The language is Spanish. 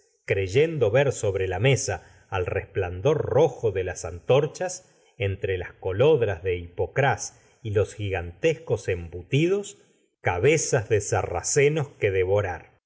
creyendo ver sobre la mesa al resplandor rojo de las antorchas entre las colodras de hipocrás y los gigantescos embutidos cabezas de sarracenos que devorar